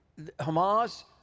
Hamas